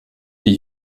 die